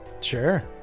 sure